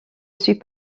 suis